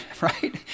right